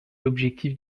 l’objectif